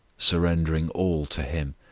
surrendering all to him,